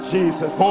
Jesus